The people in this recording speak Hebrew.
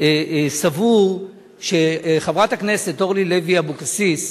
סבור שחברת הכנסת אורלי לוי אבקסיס,